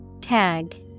Tag